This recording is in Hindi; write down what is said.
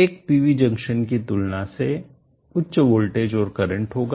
एक पीवी जंक्शन की तुलना से उच्च वोल्टेज और करंट होगा